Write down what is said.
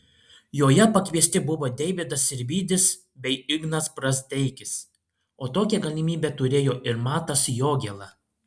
joje pakviesti buvo deividas sirvydis bei ignas brazdeikis o tokią galimybę turėjo ir matas jogėla